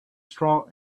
straw